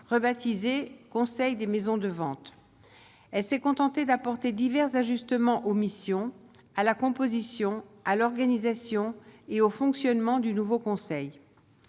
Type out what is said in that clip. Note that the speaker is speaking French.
rebaptisé Conseil des maisons de vente et s'est contentée d'apporter divers ajustements omission à la composition à l'organisation et au fonctionnement du nouveau conseil,